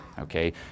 okay